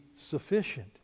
sufficient